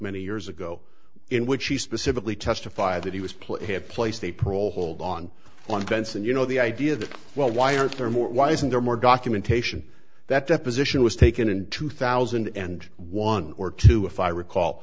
many years ago in which he specifically testified that he was played had placed a parole hold on one fence and you know the idea that well why aren't there more why isn't there more documentation that deposition was taken in two thousand and one or two if i recall